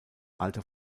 alter